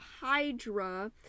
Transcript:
HYDRA